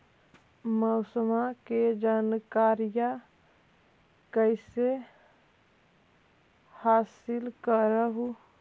मौसमा के जनकरिया कैसे हासिल कर हू?